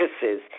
services